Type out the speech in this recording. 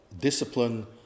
discipline